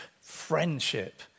friendship